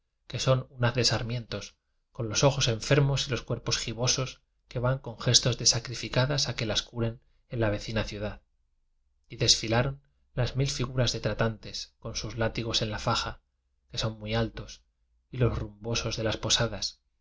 que son un haz de sarmientos con los ojos enfermos y los cuerpos gibosos que van con gestos de sacrificadas a que las curen en la vecina ciudad y desfilaron las mil figuras de tra tantes con sus látigos en la faja que son muy altos y los rumbosos de las posadas